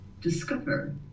discover